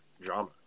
drama